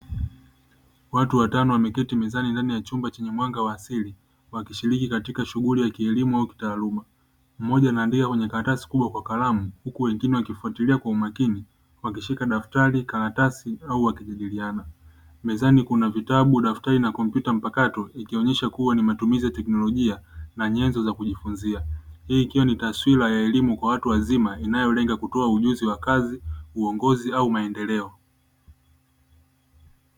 Watu watano wameketi mezani ndani ya chumba chenye mwanga wa asili. Wakishiriki katika shughuli ya kielimu au kitaaluma. Mmoja anaandika kwenye karatasi kubwa kwa kalamu. Huku wengine wakifatilia kwa umakini, wakishika daftari, karatasi au wakijadiliana. Mezani kuna vitabu, daftari na kompyuta mpakato. Ikionyesha kuwa ni matumizi ya teknolojia na nyenzo za kujifunzia. Hii ikiwa ni taswira ya elimu kwa watu wazima, inayolenga kutoa ujuzi wa kazi, uongozi au maendeleo.